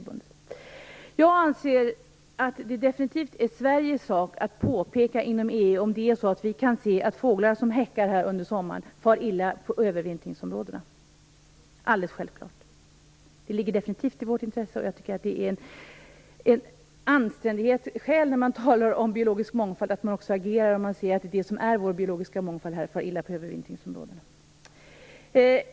Jag anser att det definitivt är Sveriges sak att påpeka inom EU om vi kan se att fåglar som häckar här under sommaren far illa i övervintringsområdena. Självklart ligger det i vårt intresse, och när man talar om biologisk mångfald tycker jag att det är anständigt att man också agerar om man ser att det som är vår biologiska mångfald far illa i övervintringsområdena.